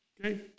Okay